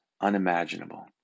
unimaginable